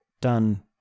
done